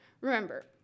Remember